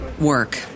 Work